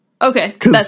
Okay